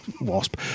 wasp